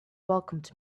welcomed